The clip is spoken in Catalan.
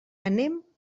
anem